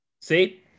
See